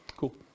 Cool